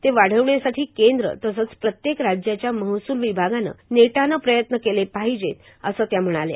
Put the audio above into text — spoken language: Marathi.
ते वाढवण्यासाठी केंद्र तसंच प्रत्येक राज्याच्या महसूल विभागानं नेटानं प्रयत्न केले पाहिजेत असं त्या म्हणाल्या